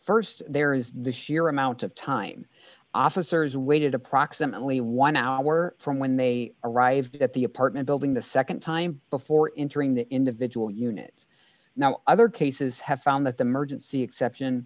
first there is this year amount of time officers waited approximately one hour from when they arrived at the apartment building the nd time before entering the individual units now other cases have found that the mergence the exception